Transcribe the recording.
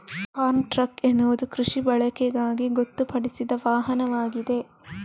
form truck ಎನ್ನುವುದು ಕೃಷಿ ಬಳಕೆಗಾಗಿ ಗೊತ್ತುಪಡಿಸಿದ ವಾಹನವಾಗಿದೆ